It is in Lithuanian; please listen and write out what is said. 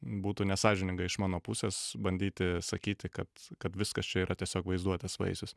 būtų nesąžininga iš mano pusės bandyti sakyti kad kad viskas čia yra tiesiog vaizduotės vaisius